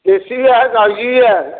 देसी बी ऐ कागज़ी बी ऐ